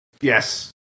Yes